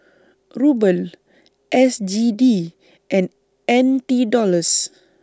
Ruble S G D and N T Dollars